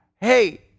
hey